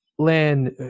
land